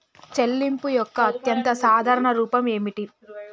చెల్లింపు యొక్క అత్యంత సాధారణ రూపం ఏమిటి?